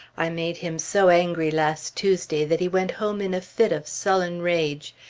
i made him so angry last tuesday that he went home in a fit of sullen rage.